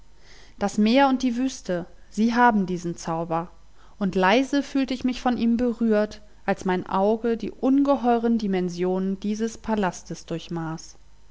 das meer und die wüste sie haben diesen zauber und leise fühlt ich mich von ihm berührt als mein auge die ungeheueren dimensionen dieses palastes durchmaß